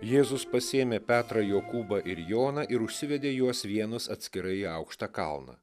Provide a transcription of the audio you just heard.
jėzus pasiėmė petrą jokūbą ir joną ir užsivedė juos vienus atskirai į aukštą kalną